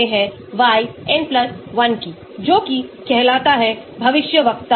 अध्ययन किए गए प्रत्येक पैरामीटर के लिए कम से कम 5 संरचनाएं आवश्यक हैं